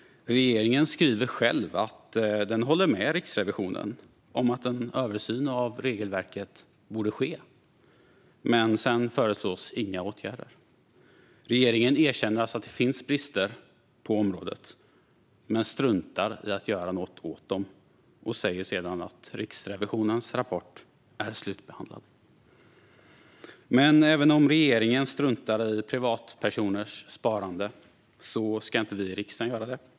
Regeringen skriver själv att den håller med Riksrevisionen om att en översyn av regelverket borde ske, men sedan föreslås inga åtgärder. Regeringen erkänner alltså att det finns brister på området, men struntar i att göra något åt dem och säger sedan att Riksrevisionens rapport är slutbehandlad. Men även om regeringen struntar i privatpersoners sparande ska inte vi i riksdagen göra det.